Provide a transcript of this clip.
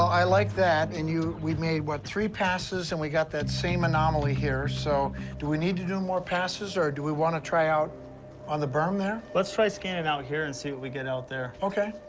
i like that. and you we've made, what, three passes, and we got that same anomaly here, so do we need to do more passes or do we want to try out on the berm there? let's try scanning out here and see what we get out there. okay.